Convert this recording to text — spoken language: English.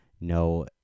No